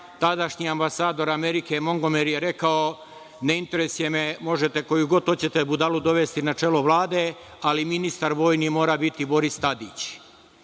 tadašnji ambasador Amerike, Mongomeri, je rekao – ne interesuje me, možete koju god hoćete budalu dovesti na čelo vlade, ali ministar vojni mora biti Boris Tadić. Tada